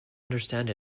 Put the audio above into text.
understand